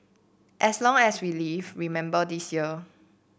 as long as we live remember this year